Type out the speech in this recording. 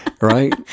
right